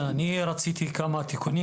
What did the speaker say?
אני רציתי כמה תיקונים.